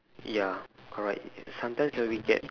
ya correct sometimes when we get